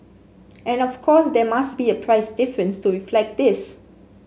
and of course there must be a price difference to reflect this